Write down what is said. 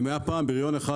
אם היה פעם בריון אחד,